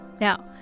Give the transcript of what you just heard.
now